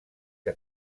que